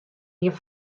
ien